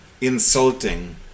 insulting